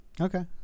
okay